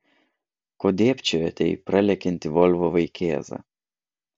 ko dėbčiojate į pralekiantį volvo vaikėzą